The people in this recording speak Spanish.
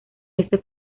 este